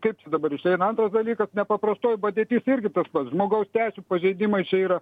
kaip čia dabar išeina antras dalykas nepaprastoji padėtis irgi tas pats žmogaus teisių pažeidimai čia yra